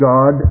God